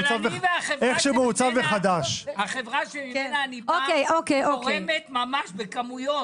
אבל החברה שממנה אני בא תורמת בכמויות.